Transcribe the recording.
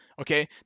Okay